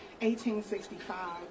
1865